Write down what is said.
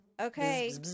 Okay